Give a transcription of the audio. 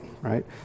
right